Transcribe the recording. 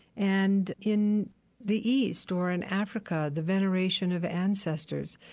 and in the east or in africa, the veneration of ancestors,